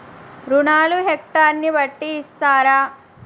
రుణాలు హెక్టర్ ని బట్టి ఇస్తారా?